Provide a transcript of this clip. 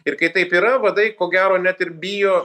ir kai taip yra vadai ko gero net ir bijo